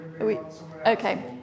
Okay